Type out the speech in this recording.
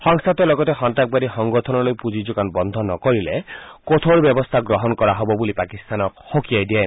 সংস্থাটোৱে লগতে সন্ত্ৰাসবাদী সংগঠনলৈ পুঁজি যোগান বন্ধ নকৰিলে কঠোৰ ব্যৱস্থা গ্ৰহণ কৰা হ'ব বুলি পাকিস্তানক সকীয়াই দিয়ে